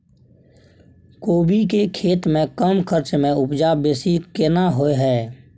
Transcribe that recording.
कोबी के खेती में कम खर्च में उपजा बेसी केना होय है?